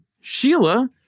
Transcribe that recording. Sheila